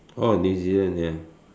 orh New Zealand ya